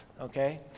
okay